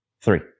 Three